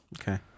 Okay